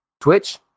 Twitch